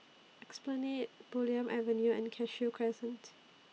Esplanade Bulim Avenue and Cashew Crescent